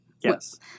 Yes